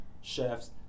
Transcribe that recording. chefs